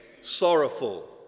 sorrowful